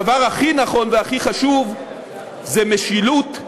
הדבר הכי נכון והכי חשוב זה משילות,